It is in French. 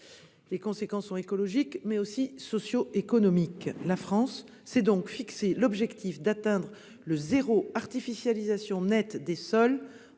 Les conséquences sont écologiques, mais aussi socioéconomiques. La France s'est donc fixé l'objectif d'atteindre le « zéro artificialisation nette » des sols